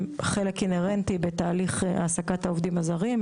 חלק אינהרנטי בתהליך העסקת העובדים הזרים,